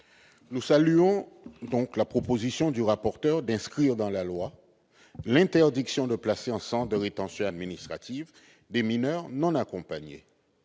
Nous saluons donc la proposition du rapporteur d'inscrire dans la loi l'interdiction de placer en centre de rétention administrative des mineurs non accompagnés.